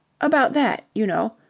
about that, you know.